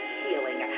healing